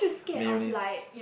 mayonnaise